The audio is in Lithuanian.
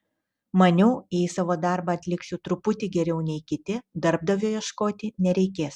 maniau jei savo darbą atliksiu truputį geriau nei kiti darbdavio ieškoti nereikės